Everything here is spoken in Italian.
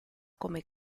come